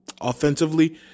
Offensively